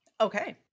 okay